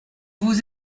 vous